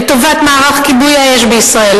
לטובת מערך כיבוי האש בישראל,